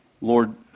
Lord